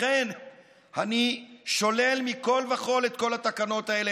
לכן אני שולל מכול וכול את כל התקנות האלה,